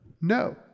No